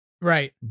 Right